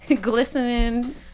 Glistening